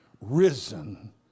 risen